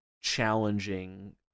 challenging